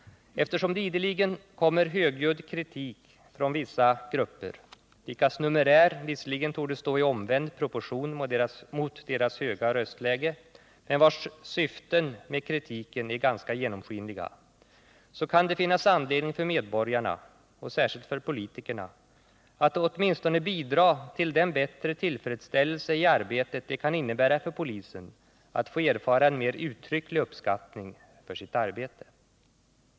Eftersom det ideligen kommer högljudd kritik från vissa grupper, vilkas numerär visserligen torde stå i omvänd proportion till deras höga röstläge, men vilkas syften med kritiken är ganska genomskinliga, kan det finnas anledning för medborgarna — och särskilt politikerna — att åtminstone bidra till den bättre tillfredsställelse i arbetet det kan innebära för polisen att få erfara en mer uttrycklig uppskattning för sitt arbete.